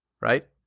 right